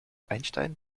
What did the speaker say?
einstein